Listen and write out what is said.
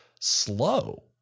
slow